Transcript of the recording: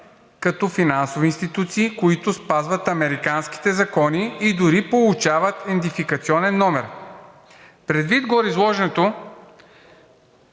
като финансови институции, които спазват американските закони, и дори получават идентификационен номер. Предвид гореизложеното,